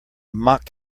mocked